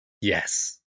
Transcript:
Yes